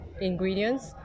ingredients